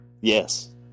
Yes